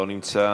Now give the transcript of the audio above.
לא נמצא.